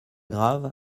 grave